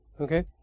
Okay